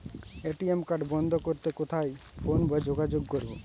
ATM card বন্ধ করতে কোথায় ফোন বা যোগাযোগ করব?